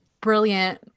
brilliant